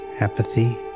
apathy